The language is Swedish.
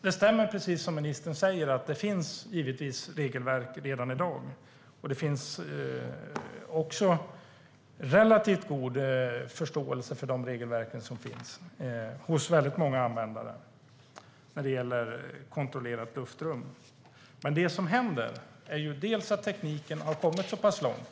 Fru talman! Det som ministern säger stämmer - det finns givetvis regelverk redan i dag. Det finns också relativt god förståelse för de regelverk som finns hos väldigt många användare när det gäller kontrollerat luftrum. Men tekniken har kommit långt.